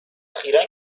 اخیرا